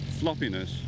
floppiness